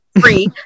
free